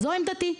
זו עמדתי.